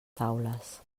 taules